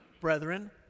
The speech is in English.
brethren